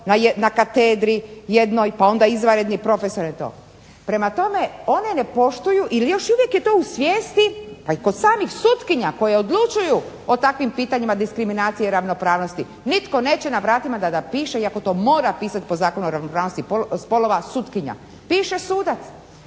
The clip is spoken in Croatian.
na katedri jednoj pa onda izvanredni profesor itd. Prema tome, one ne poštuju, ili još uvijek je to u svijesti pa i kod samih sutkinja koje odlučuju o takvim pitanjima diskriminacije i ravnopravnosti, nitko neće na vratima da ga piše iako to mora pisati po Zakonu o ravnopravnosti spolova sutkinja, piše sudac.